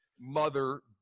Mother